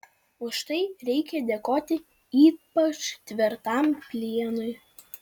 už tai reikia dėkoti ypač tvirtam plienui